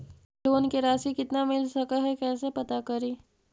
Loan के रासि कितना मिल सक है कैसे पता करी?